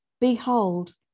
behold